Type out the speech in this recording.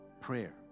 Prayer